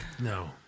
no